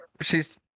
she's-